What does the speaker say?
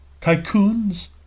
tycoons